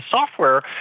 Software